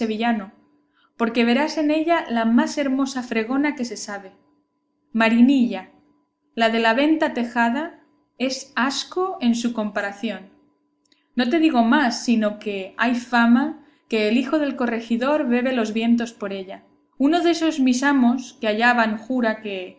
porque verás en ella la más hermosa fregona que se sabe marinilla la de la venta tejada es asco en su comparación no te digo más sino que hay fama que el hijo del corregidor bebe los vientos por ella uno desos mis amos que allá van jura que